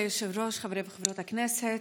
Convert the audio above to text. כבוד היושב-ראש, חברי וחברות הכנסת,